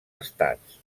estats